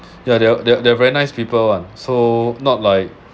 ya they are they are very nice people [what] so not like